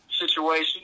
situation